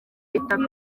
itapi